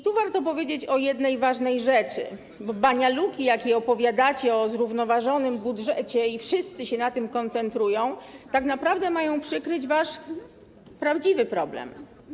Tu warto powiedzieć o jednej ważnej rzeczy: banialuki, jakie opowiadacie o zrównoważonym budżecie - i wszyscy się na tym koncentrują - tak naprawdę mają przykryć wasz prawdziwy problem.